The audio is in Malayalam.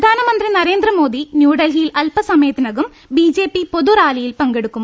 പ്രധാനമന്ത്രി നരേന്ദ്രമോദി ന്യൂഡൽഹിയിൽ അൽപ്പസമയത്തി നകം പൊതുറാലിയിൽ പങ്കെടുക്കും